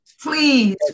Please